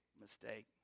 mistake